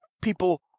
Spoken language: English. people